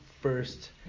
first